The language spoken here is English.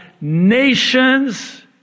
nations